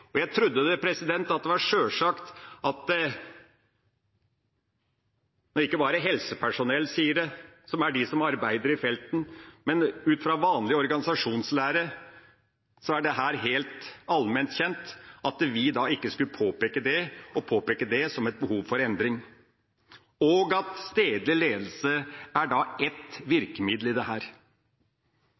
Jeg trodde at det var sjølsagt. Ikke bare helsepersonell, som er de som arbeider i felten, sier det, men også ut fra vanlig organisasjonslære er dette helt allment kjent. Da skal vi påpeke det, påpeke det som et behov for endring og at stedlig ledelse er et virkemiddel i dette. Jeg har nå fått klargjort at Høyre ikke står inne for den merknaden, ved at Høyre sier at det